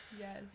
Yes